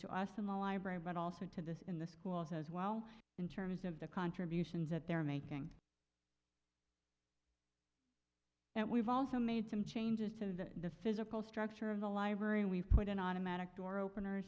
to us in the library but also to this in the schools as well in terms of the contributions that they're making and we've also made some changes to the physical structure of the library we've put an automatic door opener